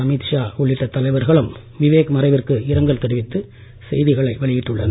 அமித் ஷா உள்ளிட்ட தலைவர்களும் விவேக் மறைவிற்கு இரங்கல் தெரிவித்து செய்திகளை வெளியிட்டுள்ளனர்